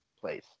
place